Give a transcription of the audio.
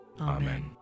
Amen